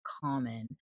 common